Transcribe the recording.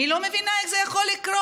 אני לא מבינה איך זה יכול לקרות.